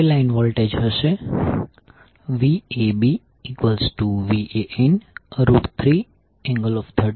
હવે line voltage હશે VabVan3∠30°1003∠10°30°V173